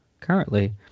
currently